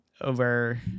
over